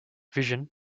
vision